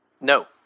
No